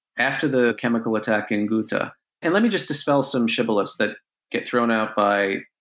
after the chemical attack in ghouta and let me just dispel some shibboleths that get thrown out by,